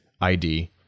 ID